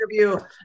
interview